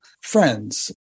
friends